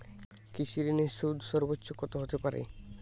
কৃষিঋণের সুদ সর্বোচ্চ কত হতে পারে?